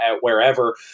wherever